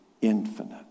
infinite